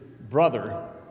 brother